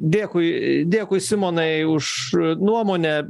dėkui dėkui simonai už nuomonę